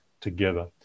together